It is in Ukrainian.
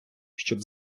щоб